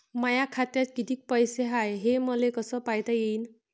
माया खात्यात कितीक पैसे हाय, हे मले कस पायता येईन?